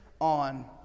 on